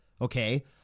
Okay